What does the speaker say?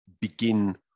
begin